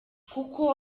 kuko